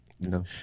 No